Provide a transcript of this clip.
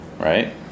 Right